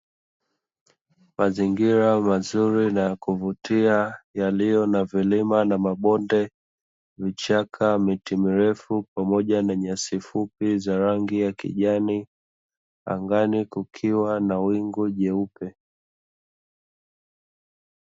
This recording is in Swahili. Mazingira mazuri na ya kuvutia yaliyo na vilima na mabonde, vichaka, miti mirefu pamoja na nyasi fupi za rangi ya kijani, angani kukiwa na wingu jeupe.